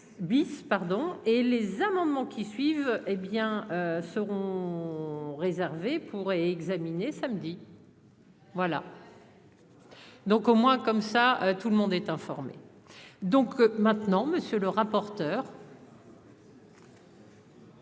bis pardon et les amendements qui suivent, hé bien seront réservées pour examiner samedi. Voilà. Donc, au moins comme ça tout le monde est informé, donc maintenant, monsieur le rapporteur.